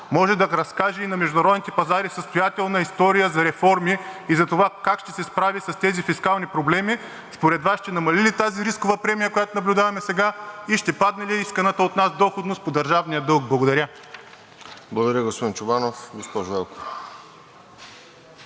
може да разкаже и на международните пазари състоятелна история за реформи и за това как ще се справи с тези фискални проблеми, според Вас ще намали ли тази рискова премия, която наблюдаваме сега, и ще падне ли исканата от нас доходност по държавния дълг? Благодаря. ПРЕДСЕДАТЕЛ РОСЕН ЖЕЛЯЗКОВ: Благодаря, господин Чобанов. Госпожо Велкова?